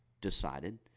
decided